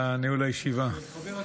ברק,